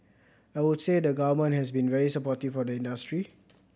I would also say the Government has been very supportive of the industry